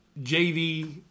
JV